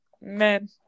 Man